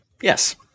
Yes